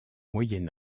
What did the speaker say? moyen